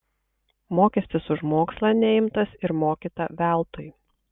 mokestis už mokslą neimtas ir mokyta veltui